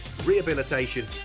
rehabilitation